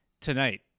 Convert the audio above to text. Tonight